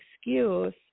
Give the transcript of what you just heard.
excuse